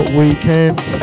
weekend